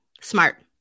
Smart